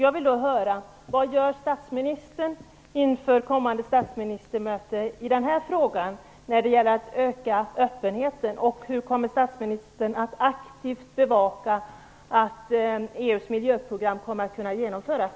Jag vill då höra: Vad gör statsministern inför kommande statsministermöte när det gäller att öka öppenheten i den här frågan, och hur kommer statsministern att aktivt bevaka att EU:s miljöprogram kommer att kunna genomföras?